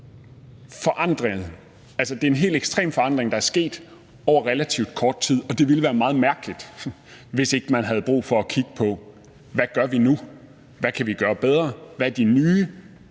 sig i. Det er en helt ekstrem forandring, der er sket på relativt kort tid, og det ville være meget mærkeligt, hvis ikke man havde brug for at kigge på, hvad vi nu skal gøre, hvad vi kan